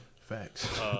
Facts